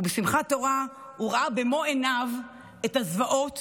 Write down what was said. ובשמחת תורה הוא ראה במו עיניו את הזוועות